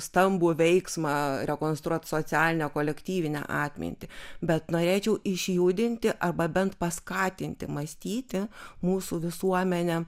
stambų veiksmą rekonstruoti socialinę kolektyvinę atmintį bet norėčiau išjudinti arba bent paskatinti mąstyti mūsų visuomenę